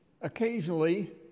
occasionally